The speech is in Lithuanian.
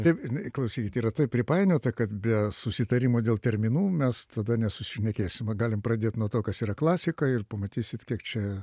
taip žinai klausykit yra taip pripainiota kad be susitarimo dėl terminų mes tada nesusišnekėsim va galim pradėt nuo to kas yra klasika ir pamatysit kiek čia